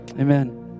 Amen